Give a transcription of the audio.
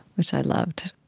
which i loved,